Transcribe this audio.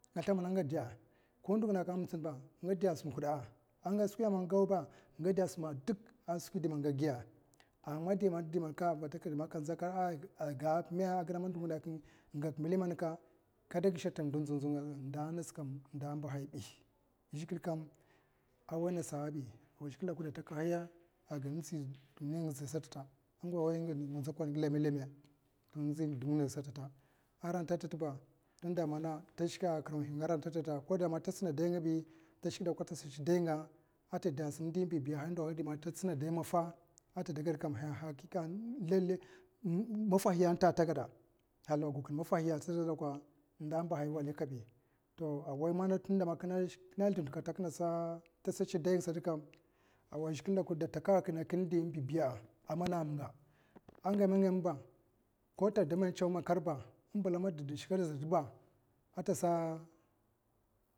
ko ndo ngida kakke a mitsinaba ngada sim kuda'a a man skweme a nga gawa ngada sima'a duk skwi indi man ngagiya'a a man dimanka zhikle kam a wai nasabi wai zhikle gada takahaya i gid inzi nga satata luma lema inzi wudumnan satata arata fatba tunda mana ta shika a kir mam hinga satata koda man tatsina dai ngabi ta shikda dakwa a tasa tsin dainga a tada a simandi bibiya'a man ta sina dai maffa a tadaged kam ha hakika lalle maffahiyanta a tagada halaw gwakun maffahiya satada inda mbahaiya wali kabi to a wai ma tunda mana kina shik kina sldindakata kinasa tsin daiga satakam a wai zhikle dakwa dakahakina a kin indi bibiya a mama amana minga a ngeme ngemba koda men tsaw ko makar ɓa imbla ma dazhasa shika diba a tasago.